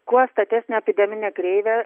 kuo statesnė epideminė kreivė